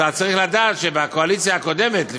אתה צריך לדעת שבקואליציה הקודמת,